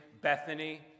Bethany